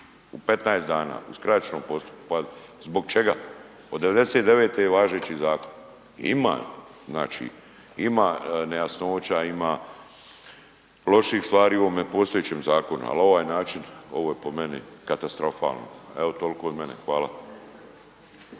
u 15 dana u skraćenom postupku, pa zbog čega, od '99.-te je važeći zakon, ima znači ima nejasnoća, ima loših stvari u ovome postojećem zakonu, al ovaj način, ovo je po meni katastrofalno, evo tolko od mene, hvala.